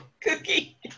cookie